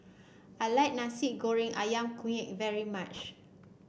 I like Nasi Goreng ayam Kunyit very much